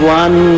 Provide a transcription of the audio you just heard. one